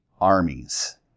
armies